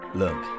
look